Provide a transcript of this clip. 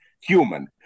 human